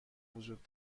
وجود